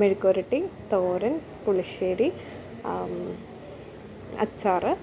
മെഴുക്കുപുരട്ടി തോരൻ പുളിശ്ശേരി അച്ചാറ്